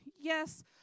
yes